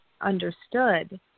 understood